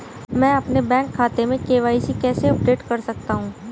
मैं अपने बैंक खाते में के.वाई.सी कैसे अपडेट कर सकता हूँ?